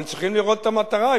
אבל צריכים לראות את המטרה,